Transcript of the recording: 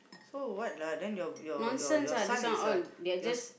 so what lah then your your your your son is a your s~